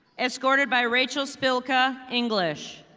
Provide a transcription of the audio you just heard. escorted by rachel stilka, english.